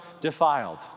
defiled